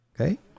okay